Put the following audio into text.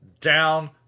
down